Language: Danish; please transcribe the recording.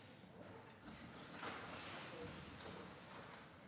Tak